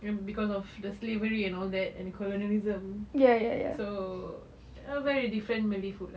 and cause of the slavery and all that and colonialism so a very different malay food lah